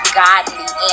godly